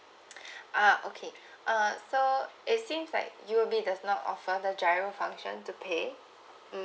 uh okay uh so it seems like you will be now offer the G_I_R_O function to pay mm